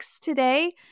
today